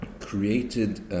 created